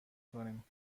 کنیم